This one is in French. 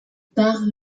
parlent